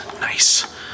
Nice